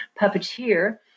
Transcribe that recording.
puppeteer